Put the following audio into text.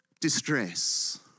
distress